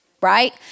right